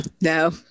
No